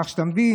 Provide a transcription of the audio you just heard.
כך שאתה מבין,